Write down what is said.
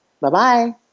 Bye-bye